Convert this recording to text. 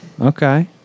Okay